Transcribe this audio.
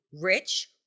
rich